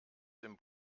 dem